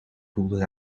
voelde